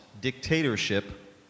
dictatorship